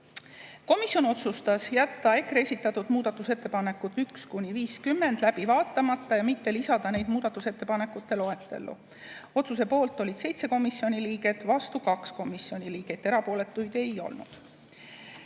Komisjon otsustas jätta EKRE esitatud muudatusettepanekud nr 1–50 läbi vaatamata ja mitte lisada neid muudatusettepanekute loetellu. Otsuse poolt oli 7 komisjoni liiget, vastu 2 komisjoni liiget, erapooletuid ei olnud.